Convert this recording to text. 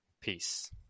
peace